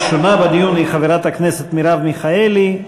הראשונה בדיון היא חברת הכנסת מרב מיכאלי.